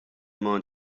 man